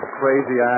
crazy